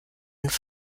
ihnen